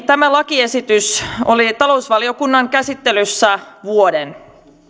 tämä lakiesitys oli talousvaliokunnan käsittelyssä vuoden